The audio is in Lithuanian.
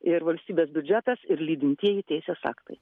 ir valstybės biudžetas ir lydintieji teisės aktai